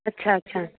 अच्छा अच्छा